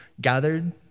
gathered